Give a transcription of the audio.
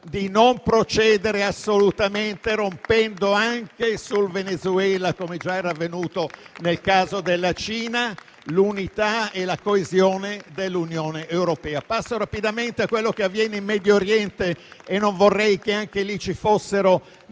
di non procedere assolutamente, rompendo anche sul Venezuela, come già era avvenuto nel caso della Cina, l'unità e la coesione dell'Unione europea. Passo rapidamente a quello che avviene in Medio Oriente - e non vorrei che anche in questo